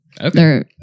Okay